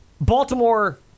baltimore